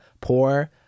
poor